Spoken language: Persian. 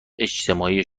اجتماعی